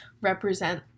represent